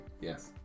Yes